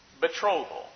Betrothal